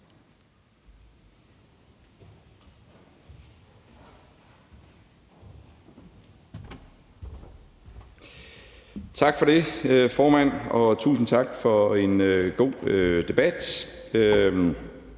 Tak for det, formand, og tusind tak for en god debat.